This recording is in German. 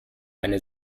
eine